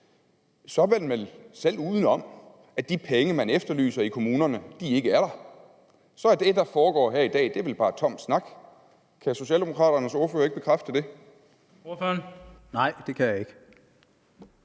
man vel selv ude om, at de penge, man efterlyser i kommunerne, ikke er der. Så er det, der foregår her i dag, vel bare tom snak. Kan Socialdemokraternes ordfører ikke bekræfte det? Kl. 13:44 Den fg.